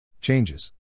Changes